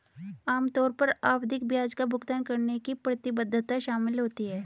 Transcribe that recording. आम तौर पर आवधिक ब्याज का भुगतान करने की प्रतिबद्धता शामिल होती है